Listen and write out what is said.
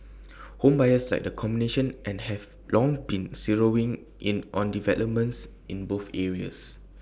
home buyers like the combination and have long been zeroing in on developments in both areas